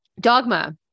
Dogma